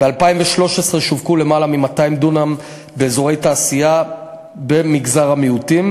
ב-2013 שווקו יותר מ-200 דונם באזורי תעשייה במגזר המיעוטים.